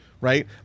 right